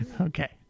Okay